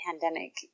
pandemic